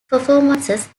performances